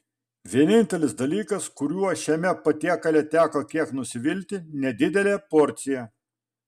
vienintelis dalykas kuriuo šiame patiekale teko kiek nusivilti nedidelė porcija